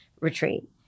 retreat